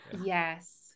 yes